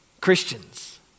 Christians